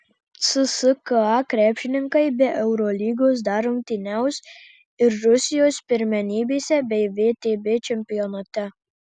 cska krepšininkai be eurolygos dar rungtyniaus ir rusijos pirmenybėse bei vtb čempionate